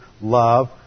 love